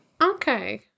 Okay